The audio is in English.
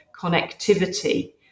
connectivity